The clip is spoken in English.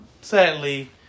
Sadly